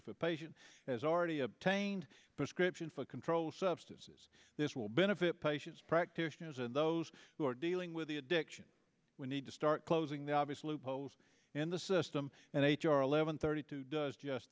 if a patient has already obtained a prescription for a controlled substances this will benefit patients practitioners and those who are dealing with the addiction we need to start closing the obvious loopholes in the system and h r eleven thirty two does just